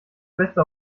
beste